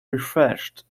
refreshed